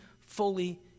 fully